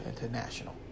International